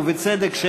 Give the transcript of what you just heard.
ובצדק,